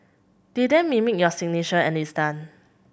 they then mimic your signature and it's done